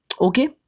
okay